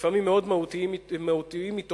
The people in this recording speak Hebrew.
לפעמים מאוד מהותיים אתו,